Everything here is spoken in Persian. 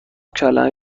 کلمه